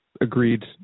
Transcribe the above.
agreed